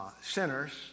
sinners